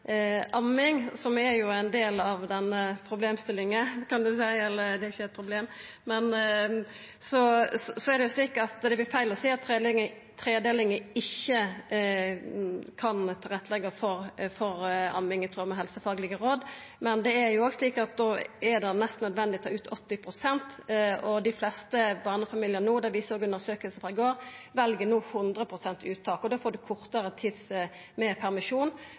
amming, som er ein del av denne problemstillinga – dvs., det er jo ikkje eit problem – vert det feil å seia at tredelinga ikkje kan leggja til rette for amming i tråd med helsefaglege råd. Men da er det nesten nødvendig å ta ut 80 pst. foreldrepengar, og dei fleste barnefamiliar vel no – det viste òg undersøkinga som vart lagt fram i går – 100 pst. uttak. Da får ein kortare